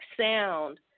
sound